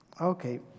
Okay